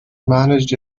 managed